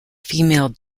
female